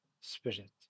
spirit